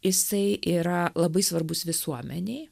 jisai yra labai svarbus visuomenei